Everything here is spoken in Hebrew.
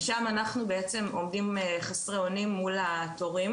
ושם אנחנו עומדים חסרי אונים מול התורים.